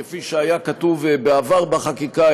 כפי שהיה כתוב בעבר בחקיקה,